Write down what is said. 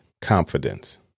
confidence